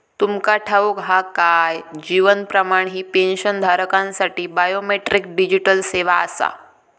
तुमका ठाऊक हा काय? जीवन प्रमाण ही पेन्शनधारकांसाठी बायोमेट्रिक डिजिटल सेवा आसा